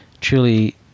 truly